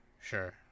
sure